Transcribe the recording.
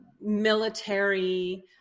military